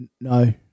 No